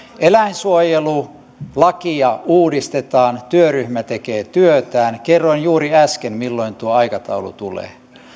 eläinsuojelulakia uudistetaan työryhmä tekee työtään kerroin juuri äsken milloin tuo aikataulu tulee